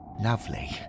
Lovely